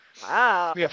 Wow